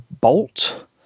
Bolt